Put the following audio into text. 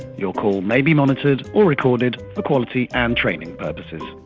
your call may be monitored or recorded for quality and training purposes.